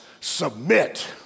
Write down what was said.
submit